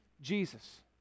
Jesus